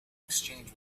exchange